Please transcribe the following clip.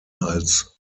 als